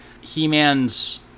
He-Man's